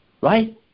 Right